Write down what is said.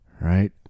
right